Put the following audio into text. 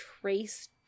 trace